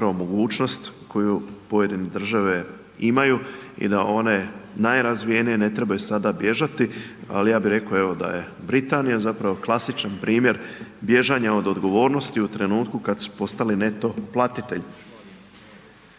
mogućnost koju pojedine države imaju i da one najrazvijenije ne trebaju sada bježati. Ali evo ja bih rekao da je Britanija klasičan primjer bježanja od odgovornosti u trenutku kada su postali neto platitelj.